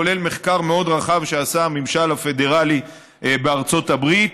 כולל מחקר מאוד רחב שעשה הממשל הפדרלי בארצות הברית